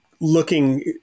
looking